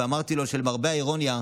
אמרתי להם שלמרבה האירוניה,